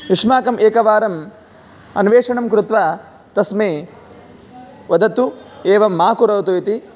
युष्माकम् एकवारम् अन्वेषणं कृत्वा तस्मै वदतु एवं मा करोतु इति